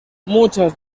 muchas